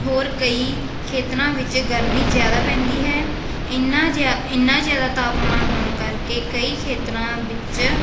ਹੋਰ ਕਈ ਖੇਤਰਾਂ ਵਿੱਚ ਗਰਮੀ ਜ਼ਿਆਦਾ ਪੈਂਦੀ ਹੈ ਇੰਨਾ ਜ ਇੰਨਾ ਜ਼ਿਆਦਾ ਤਾਪਮਾਨ ਹੋਣ ਕਰਕੇ ਕਈ ਖੇਤਰਾਂ ਵਿੱਚ